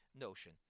notion